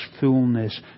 fullness